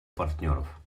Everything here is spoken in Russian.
партнеров